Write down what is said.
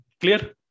Clear